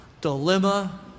dilemma